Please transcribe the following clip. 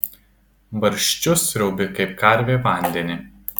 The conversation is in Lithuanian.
barščius sriaubi kaip karvė vandenį